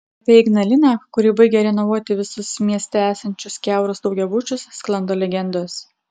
apie ignaliną kuri baigia renovuoti visus mieste esančius kiaurus daugiabučius sklando legendos